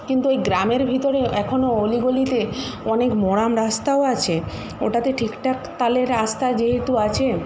কিন্তু ওই গ্রামের ভিতরে এখনও অলিগলিতে অনেক মোরাম রাস্তাও আছে ওটাতে ঠিকঠাক তাহলে রাস্তা যেহেতু আছে